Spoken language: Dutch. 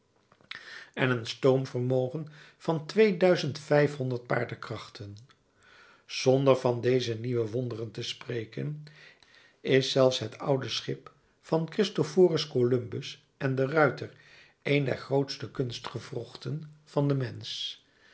en een stoomvermogen van twee duizend vijfhonderd paardekrachten zonder van deze nieuwe wonderen te spreken is zelfs het oude schip van christophorus columbus en de ruyter een der grootste kunstgewrochten van den mensch